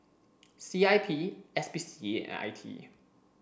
C I P S P C A and I T E